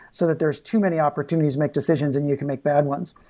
so that there's too many opportunities, make decisions, and you can make bad ones.